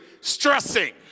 stressing